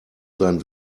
sein